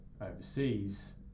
overseas